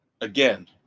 again